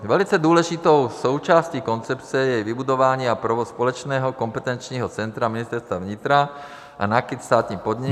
Velice důležitou součástí koncepce je i vybudování a provoz společného kompetenčního centra Ministerstva vnitra a NAKIT, státní podnik...